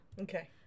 Okay